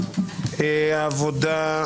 העבודה,